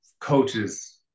coaches